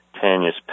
Tanya's